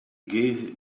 gave